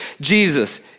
Jesus